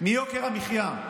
מיוקר המחיה.